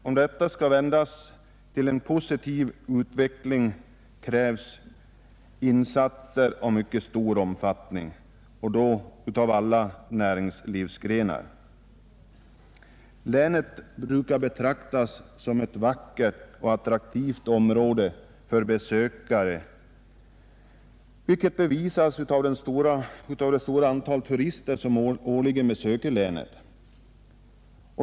Om detta skall vändas till en positiv utveckling, krävs dock insatser av mycket stor omfattning och av alla näringsgrenar. Länet brukar betraktas som ett vackert och attraktivt område för besökare, vilket bevisas av det stora antal turister som årligen besöker länet.